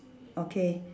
okay